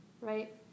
Right